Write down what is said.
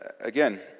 again